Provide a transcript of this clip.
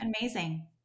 amazing